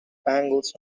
bangles